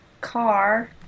car